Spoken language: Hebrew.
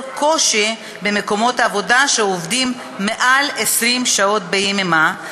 קושי במקומות עבודה שעובדים יותר מ-20 שעות ביממה,